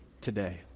today